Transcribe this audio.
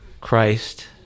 Christ